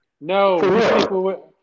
No